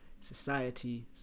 society